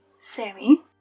Sammy